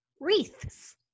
Wreaths